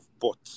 bought